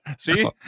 see